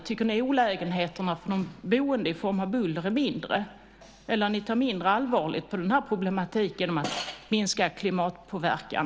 Tycker ni att olägenheterna för de boende i form av buller är mindre, eller tar ni mindre allvarligt på problematiken om att minska flygets klimatpåverkan?